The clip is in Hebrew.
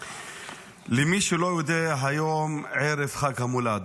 למי שלא יודע, היום ערב חג המולד.